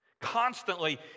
constantly